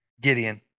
Gideon